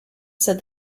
said